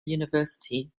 university